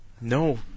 no